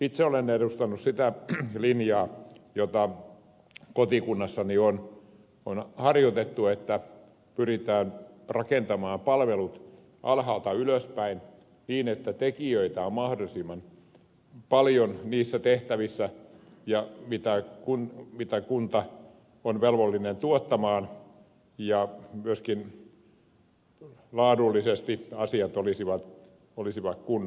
itse olen edustanut sitä linjaa jota kotikunnassani on harjoitettu että pyritään rakentamaan palvelut alhaalta ylöspäin niin että tekijöitä on mahdollisimman paljon niissä tehtävissä mitä kunta on velvollinen tuottamaan ja myöskin laadullisesti asiat olisivat kunnossa